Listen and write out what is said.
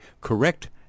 correct